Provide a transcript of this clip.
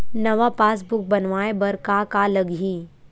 नवा पासबुक बनवाय बर का का लगही?